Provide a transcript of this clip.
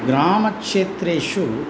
ग्रामक्षेत्रेषु